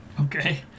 Okay